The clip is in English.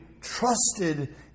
trusted